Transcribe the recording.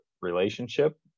relationship